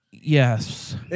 Yes